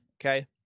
Okay